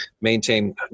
maintain